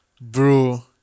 Bro